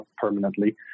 permanently